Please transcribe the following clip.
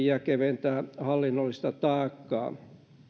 ja keventää hallinnollista taakkaa